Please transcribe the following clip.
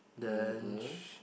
then sh~